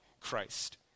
Christ